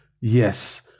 Yes